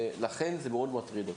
ולכן זה מאוד מטריד אותי.